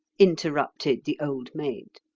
interrupted the old maid.